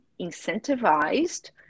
incentivized